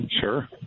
Sure